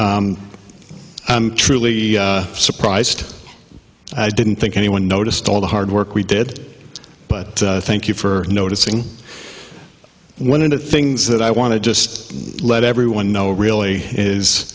truly surprised i didn't think anyone noticed all the hard work we did but thank you for noticing one of the things that i want to just let everyone know really is